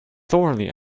thoroughly